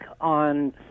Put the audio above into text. on